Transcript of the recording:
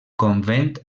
convent